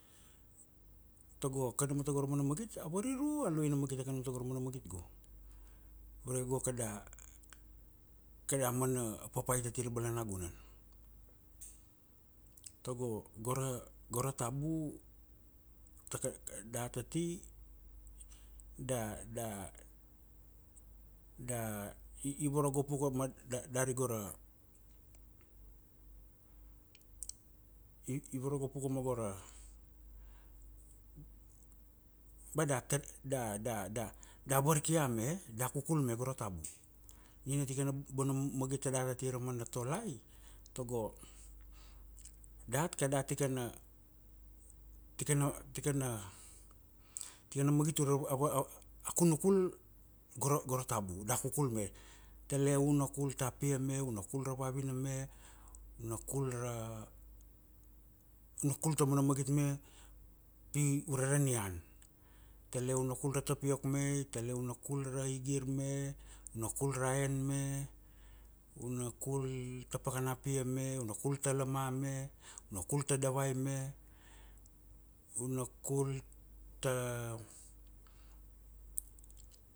Tago, kanama tago ra mana magit, a variru a ngala na magit a kanama tago ra mana magit go. Ure go kada, kadia mana papait ati ra balanagunan. Tago, gora, gora tabu, taka, dat ati, da, da da i varogop uka ma, dari go ra, i, i varagop uka ma go ra, ba da, te, da da da, varkia, me e? Da kukul me go ra tabu. Nina tikana bona magit tadat, ati ra mana tolai, tago dat kada tikana, tikana, tikana, tikana magit ure a kunukul, gora gora tabu a kukul me. I tele una kul ta pia me, una kul ra vavina me. Una kul ra, una kul ta mana magit me, pi ure ra nian. Tale una kul ra tapiok me, itele una kul ra, igir me, una kul ra en me, una kul, ta pakana pia me, una kul ta lama me, una kul ta davai me, una kul ta,